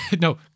No